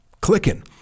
clicking